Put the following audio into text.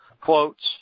quotes